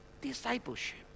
discipleship